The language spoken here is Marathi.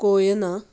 कोयना